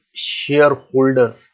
shareholders